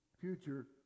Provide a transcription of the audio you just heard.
future